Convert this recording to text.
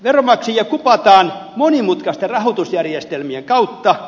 veronmaksajia kupataan monimutkaisten rahoitusjärjestelmien kautta